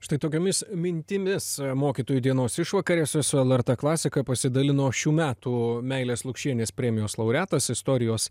štai tokiomis mintimis mokytojų dienos išvakarėse su lrt klasika pasidalino šių metų meilės lukšienės premijos laureatas istorijos